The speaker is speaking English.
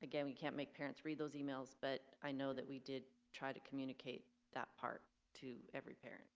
again, we can't make parents read those emails, but i know that we did try to communicate that part to every parent